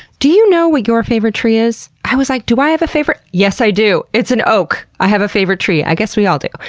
do you know what your favorite tree is? i was like, do i have a favorite? yes, i do. it's an oak. i have a favorite tree. i guess we all do.